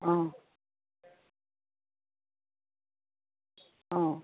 অঁ অঁ